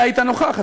אתה היית נוכח,